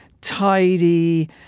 tidy